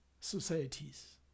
societies